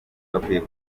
bakwiye